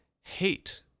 hate